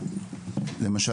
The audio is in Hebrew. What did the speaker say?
למשל,